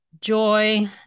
joy